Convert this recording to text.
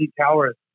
towers